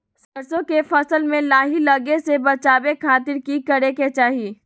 सरसों के फसल में लाही लगे से बचावे खातिर की करे के चाही?